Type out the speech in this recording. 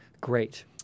Great